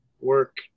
work